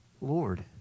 Lord